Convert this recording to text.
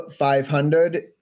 500